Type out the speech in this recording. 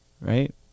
Right